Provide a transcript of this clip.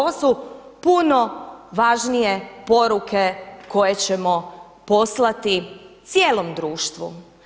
Ovo su puno važnije poruke koje ćemo poslati cijelom društvu.